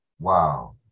Wow